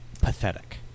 pathetic